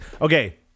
Okay